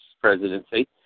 presidency